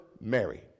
Mary